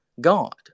God